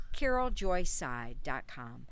caroljoyside.com